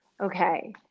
okay